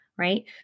Right